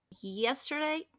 Yesterday